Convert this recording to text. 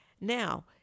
Now